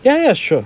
yeah yeah sure